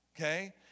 okay